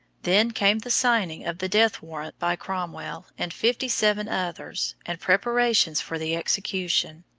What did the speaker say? then came the signing of the death-warrant by cromwell and fifty-seven others, and preparations for the execution.